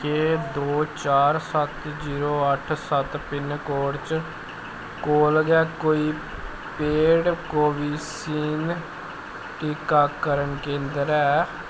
क्या दो चार सत्त जीरो अट्ठ सत्त पिनकोड च कोल गै कोई पेड कोवैक्सीन टीकाकरण केंद्र ऐ